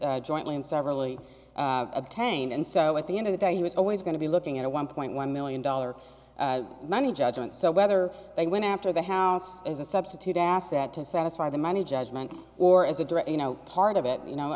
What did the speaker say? jointly and severally obtain and so at the end of the day he was always going to be looking at a one point one million dollar money judgment so whether they went after the house as a substitute asset to satisfy the money judgment or as a direct you know part of it you know